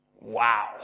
Wow